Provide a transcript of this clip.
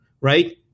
right